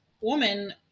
woman